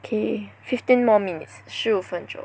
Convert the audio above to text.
okay fifteen more minutes 十五分钟